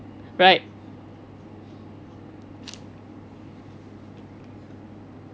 right